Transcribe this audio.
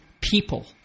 people